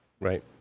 Right